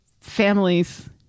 families